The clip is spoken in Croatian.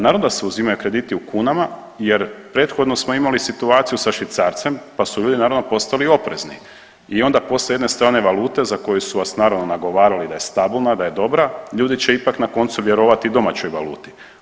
Naravno da se uzimaju krediti u kunama jer prethodno smo imali situaciju sa švicarcem pa su ljudi naravno, postali oprezni i onda poslije jedne strane valute za koju su vas naravno, nagovarali da je stabilna, da je dobra, ljudi će ipak na koncu vjerovati domaćoj valuti.